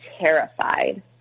terrified